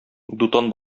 дутан